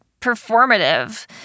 performative